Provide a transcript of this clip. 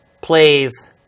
plays